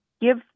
give